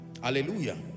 Hallelujah